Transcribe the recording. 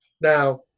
Now